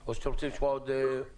או שאתם רוצים לשמוע עוד מוזמנים?